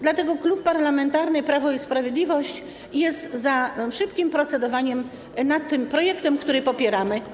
Dlatego Klub Parlamentarny Prawo i Sprawiedliwość jest za szybkim procedowaniem nad tym projektem, który popieramy.